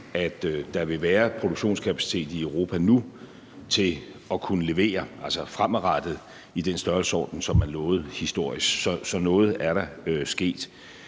at der vil være en produktionskapacitet i Europa nu til at kunne levere, altså fremadrettet, i den størrelsesorden, som man lovede historisk. Så noget er der sket.